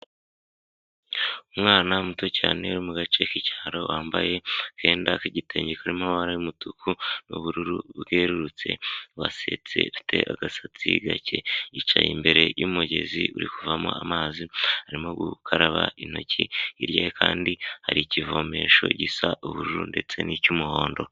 Umwana muto cyane uri mu gace k'icyaro wambaye akenda k'igitenge kuririmo mabara y'umutuku n'ubururu bwerurutse wasetse afite agasatsi gake ,yicaye imbere y'umugezi uri kuvamo amazi arimo gukaraba intoki irya kandi hari ikivomesho gisa ubururu ndetse nicy'umuhondo.